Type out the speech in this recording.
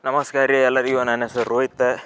ನಮಸ್ಕಾರ ರೀ ಎಲ್ಲರಿಗೂ ನನ್ನ ಹೆಸರು ರೋಹಿತ